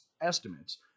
estimates